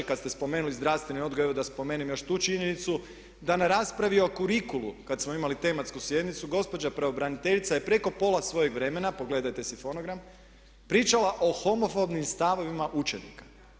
I kad ste spomenuli zdravstveni odgoj, evo da spomenem još tu činjenicu, da na raspravi o kurikulu kad smo imali tematsku sjednicu gospođa pravobraniteljica je preko pola svojeg vremena, pogledajte si fonogram, pričala o homofobnim stavovima učenika.